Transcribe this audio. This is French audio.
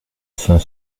cinq